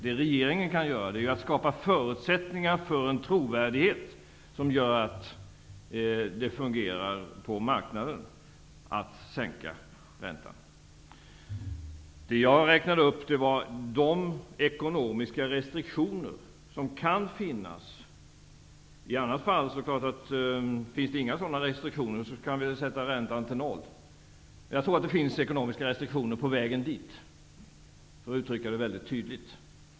Vad regeringen kan göra är att skapa förutsättningar för en trovärdighet som gör att det fungerar på marknaden när det gäller att sänka räntan. Det jag räknade upp var de ekonomiska restriktioner som kan finnas. Finns det inga sådana restriktioner, kan räntan sättas till noll. Men jag tror att det finns ekonomiska restriktioner på vägen dit -- för att uttrycka det väldigt tydligt.